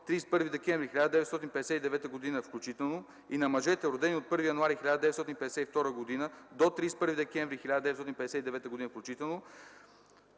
31 декември 1959 г. включително, и на мъжете, родени от 1 януари 1952 г. до 31 декември 1959 г. включително,